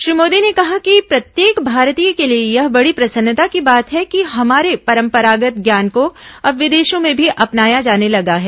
श्री मोदी ने कहा कि प्रत्येक भारतीय के लिए यह बड़ी प्रसन्नता की बात है कि हमारे परंपरागत ज्ञान को अब विदेशों में भी अपनाया जाने लगा है